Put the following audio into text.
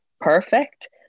perfect